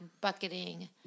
bucketing